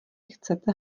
chcete